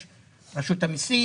יש את רשות המיסים,